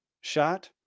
shot